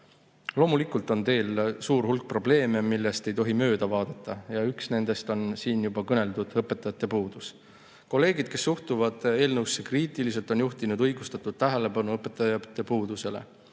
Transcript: Loomulikult on sel teel suur hulk probleeme, millest ei tohi mööda vaadata, ja üks nendest on siin juba kõneldud õpetajate puudus. Kolleegid, kes suhtuvad eelnõusse kriitiliselt, on juhtinud õigustatult tähelepanu õpetajate puudusele.